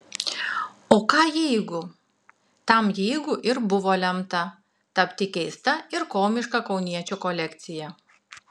o ką jeigu tam jeigu ir buvo lemta tapti keista ir komiška kauniečio kolekcija